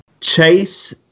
chase